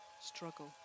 struggle